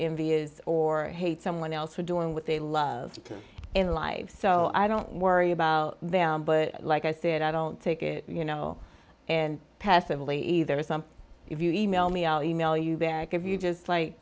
india's or hate someone else for doing what they love in life so i don't worry about them but like i said i don't take it you know and passively either something if you email me i'll email you back if you just like